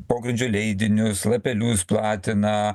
pogrindžio leidinius lapelius platina